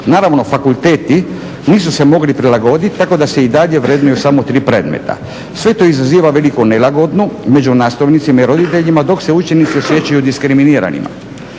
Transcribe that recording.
Naravno fakulteti nisu se mogli prilagoditi tako da se i dalje vrednuju samo tri predmeta. Sve to izaziva veliku nelagodu među nastavnicima i roditeljima dok se učenici osjećaju diskriminiranima.